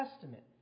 Testament